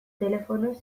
telefonoz